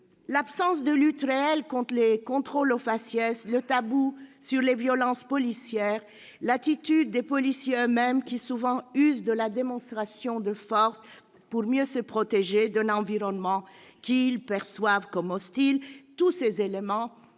L'absence de lutte réelle contre les contrôles au faciès, le tabou mis sur les violences policières, l'attitude des policiers eux-mêmes, qui usent souvent de la démonstration de force pour mieux se protéger d'un environnement qu'ils perçoivent comme hostile, tous ces éléments